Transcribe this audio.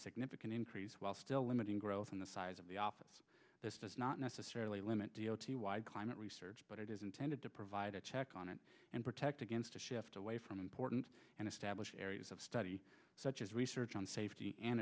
significant increase while still limiting growth in the size of the office this does not necessarily limit d o t wide climate research but it is intended to provide a check on it and protect against a shift away from important and established areas of study such as research on safety